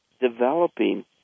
developing